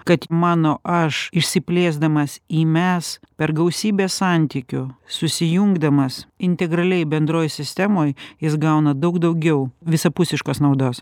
kad mano aš išsiplėsdamas į mes per gausybę santykių susijungdamas integraliai bendroj sistemoj jis gauna daug daugiau visapusiškos naudos